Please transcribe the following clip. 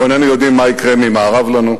אנחנו איננו יודעים מה יקרה ממערב לנו.